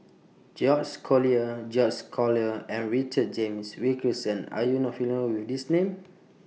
George's Collyer George's Collyer and Richard James Wilkinson Are YOU not familiar with These Names